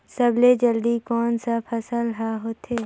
सबले जल्दी कोन सा फसल ह होथे?